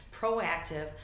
proactive